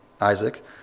Isaac